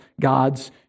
God's